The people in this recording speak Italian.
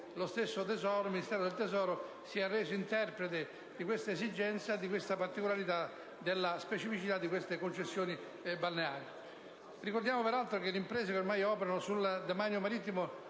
lo stesso Ministero del tesoro si è reso interprete di tale esigenza e della specificità di queste concessioni balneari. Ricordiamo peraltro che le imprese che operano sul demanio marittimo